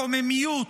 הקוממיות,